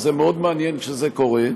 זה מאוד מעניין כשזה קורה.